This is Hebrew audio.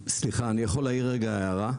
סליחה, אני יכול להעיר רגע הערה?